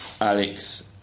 Alex